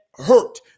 hurt